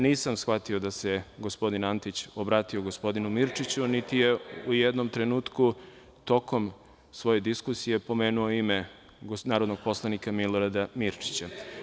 Nisam shvatio da se gospodin Antić obratio gospodinu Mirčiću, niti je u jednom trenutku tokom svoje diskusije pomenuo ime narodnog poslanika Milorada Mirčića.